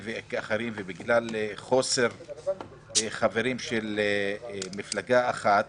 ואחרים ובגלל חוסר חברים של מפלגה אחת,